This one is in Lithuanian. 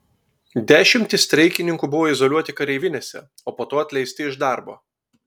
dešimtys streikininkų buvo izoliuoti kareivinėse o po to atleisti iš darbo